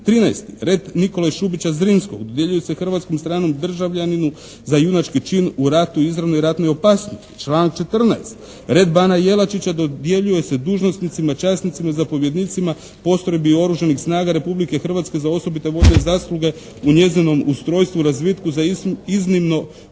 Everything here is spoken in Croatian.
13. red Nikole Šubića Zrinskog dodjeljuje se hrvatskom, stranom državljaninu za junački čin u ratu i izravnoj ratnoj opasnosti. Članak 14. red bana Jelačića dodjeljuje se dužnosnicima, časnicima, zapovjednicima, postrojbi oružanih snaga Republike Hrvatske za osobite vojne zasluge u njezinom ustrojstvu, razvitku za iznimno uspješno